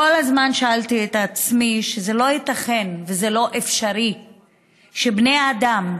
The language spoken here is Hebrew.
כל הזמן שאלתי את עצמי: זה לא ייתכן וזה לא אפשרי שבני אדם,